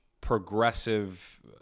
progressive